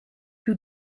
più